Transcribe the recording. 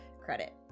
credit